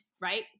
right